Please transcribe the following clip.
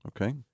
Okay